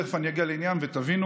תכף אני אגיע לעניין ותבינו,